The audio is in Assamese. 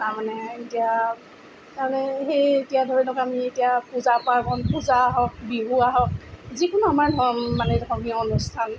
তাৰ মানে এতিয়া তাৰমানে সেই এতিয়া ধৰক আমি এতিয়া পূজা পাৰ্বণ পূজা হওক বিহু আহক যিকোনো আমাৰ ধৰ্মীয় মানে ধৰ্মীয় অনুষ্ঠান